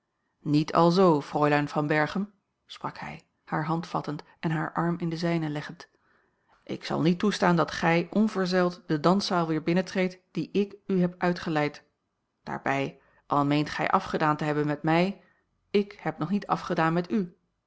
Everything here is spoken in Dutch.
niet alzoo fräulein van berchem sprak hij hare hand vattend en haar arm in den zijne leggend ik zal niet toestaan dat gij onverzeld de danszaal weer binnentreedt die ik u heb uitgeleid daarbij al meent gij afgedaan te hebben met mij ik heb nog niet afgedaan met u